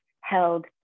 held